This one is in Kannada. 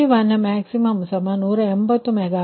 Pg1max180 MW